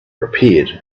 appeared